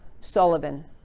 Sullivan